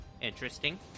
Interesting